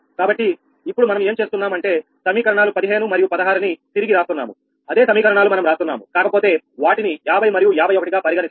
కాబట్టి ఇప్పుడు మనం ఏం చేస్తున్నాము అంటే సమీకరణాలు 15 మరియు 16 ని తిరిగి రాస్తున్నాము అదే సమీకరణాలు మనం రాస్తున్నాము కాకపోతే వాటిని 50 మరియు 51 గా పరిగణిస్తున్నాం